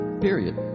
period